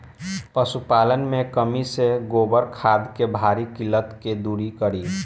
पशुपालन मे कमी से गोबर खाद के भारी किल्लत के दुरी करी?